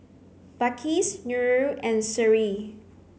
Balqis Nurul and Seri